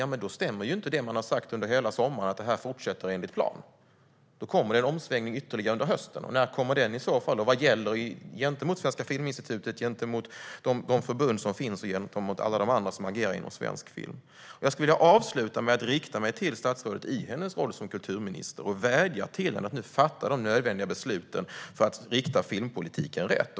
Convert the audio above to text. Ja, men då stämmer ju inte det man har sagt under hela sommaren: att det här fortsätter enligt plan. Då kommer det ytterligare en omsvängning under hösten. När kommer den i så fall? Och vad gäller gentemot Svenska Filminstitutet, de förbund som finns och alla de andra som agerar inom svensk film? Jag skulle vilja avsluta med att rikta mig till statsrådet i hennes roll som kulturminister och vädja till henne att nu fatta de nödvändiga besluten för att rikta filmpolitiken rätt.